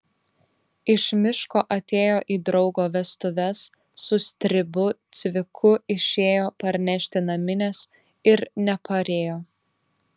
iš miško atėjo į draugo vestuves su stribu cviku išėjo parnešti naminės ir neparėjo